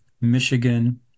Michigan